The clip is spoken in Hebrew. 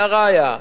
הראיה,